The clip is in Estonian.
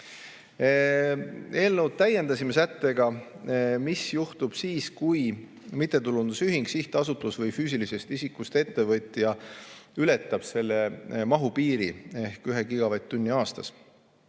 Eelnõu täiendasime sättega, mis juhtub siis, kui mittetulundusühing, sihtasutus või füüsilisest isikust ettevõtja ületab selle mahupiiri ehk 1 gigavatt-tunni aastas.